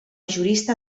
jurista